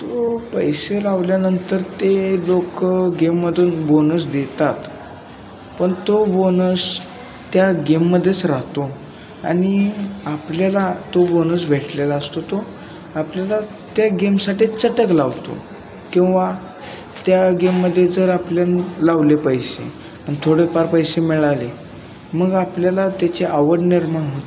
तो पैसे लावल्यानंतर ते लोकं गेममधून बोनस देतात पण तो बोनस त्या गेममध्येच राहतो आणि आपल्याला तो बोनस भेटलेला असतो तो आपल्याला त्या गेमसाठी चटक लावतो किंवा त्या गेममध्ये जर आपण लावले पैसे आणि थोडेफार पैसे मिळाले मग आपल्याला त्याची आवड निर्माण होते